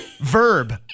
Verb